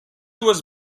was